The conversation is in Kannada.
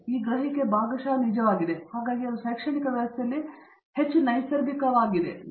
ಈ ಗ್ರಹಿಕೆ ಮತ್ತು ಭಾಗಶಃ ನಿಜವಾಗಿದೆ ಹಾಗಾಗಿ ಅದು ಶೈಕ್ಷಣಿಕ ವ್ಯವಸ್ಥೆಯಲ್ಲಿ ಹೆಚ್ಚು ನೈಸರ್ಗಿಕವಾಗಿ ತನ್ನನ್ನು ತಾನೇ ನೀಡುತ್ತದೆ